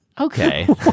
Okay